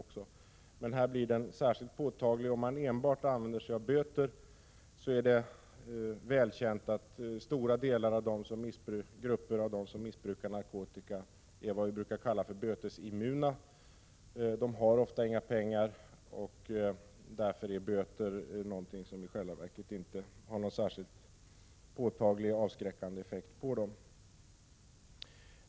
Problemet blir emellertid här särskilt påtagligt om man enbart använder sig av böter. Det är välkänt att stora delar av de grupper som missbrukar narkotika är vad vi brukar kalla bötesimmuna. De har ofta inga pengar och böter är därför någonting som i själva verket inte har någon särskilt påtaglig avskräckande effekt på dem.